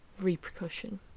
repercussion